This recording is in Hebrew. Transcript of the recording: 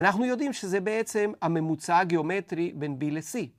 אנחנו יודעים שזה בעצם הממוצע הגיאומטרי בין B ל-C.